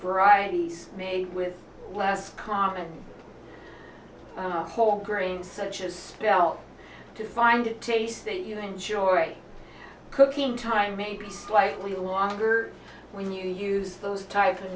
varieties made with less common wholegrain such as spell to find taste that you enjoy cooking time may be slightly longer when you use those types of